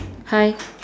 hi